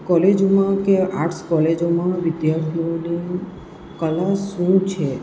કોલેજોમાં કે આર્ટસ કોલેજોમાં વિદ્યાર્થીઓને કલા શું છે